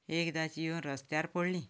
एकदांची येवन रसत्यार पडलीं